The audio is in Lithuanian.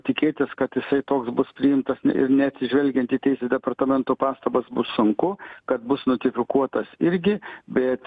tikėtis kad jisai toks bus priimtas ne ir neatsižvelgiant į teisės departamento pastabas bus sunku kad bus notifikuotas irgi bet